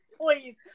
please